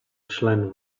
člen